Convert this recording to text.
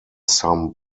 some